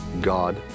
God